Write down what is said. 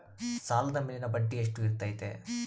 ಸಾಲದ ಮೇಲಿನ ಬಡ್ಡಿ ಎಷ್ಟು ಇರ್ತೈತೆ?